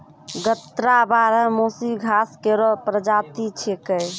गन्ना बारहमासी घास केरो प्रजाति छिकै